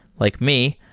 like me,